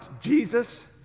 jesus